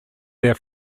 their